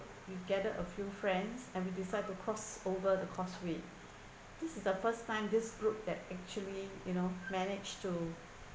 we gathered a few friends and we decide to cross over the causeway this is the first time this group that actually you know managed to